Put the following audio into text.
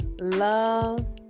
love